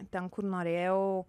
ten kur norėjau